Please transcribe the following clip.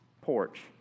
Porch